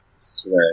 swear